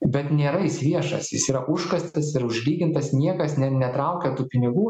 bet nėra jis viešas jis yra užkastas ir užlygintas niekas ne netraukia tų pinigų